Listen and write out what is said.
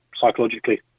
psychologically